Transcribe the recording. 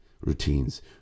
routines